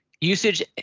usage